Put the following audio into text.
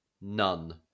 none